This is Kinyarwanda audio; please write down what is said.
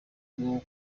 bwo